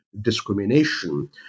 discrimination